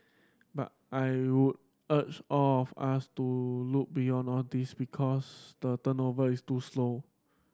but I would urge all of us to look beyond all these because the turnover is too slow